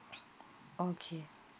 okay